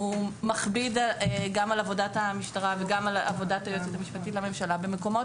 מכביד גם על עבודת המשטרה וגם על עבודת היועצת המשפטית במקומות